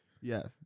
Yes